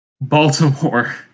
Baltimore